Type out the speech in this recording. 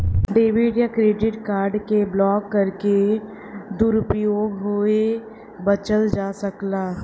debit या credit card के block करके दुरूपयोग होये बचल जा सकला